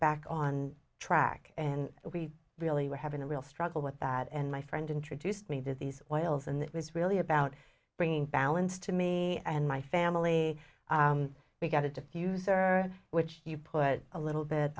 back on track and we really were having a real struggle with that and my friend introduced me to these whales and it was really about bringing balance to me and my family we got to diffuse or which you put a little bit